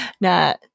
Now